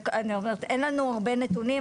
לצערי אין לנו הרבה נתונים,